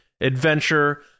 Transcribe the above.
adventure